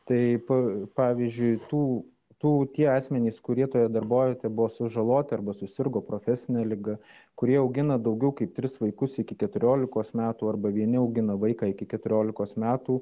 taip pavyzdžiui tų tų tie asmenys kurie toje darbovietėje buvo sužaloti arba susirgo profesine liga kurie augina daugiau kaip tris vaikus iki keturiolikos metų arba vieni augina vaiką iki keturiolikos metų